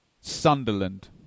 Sunderland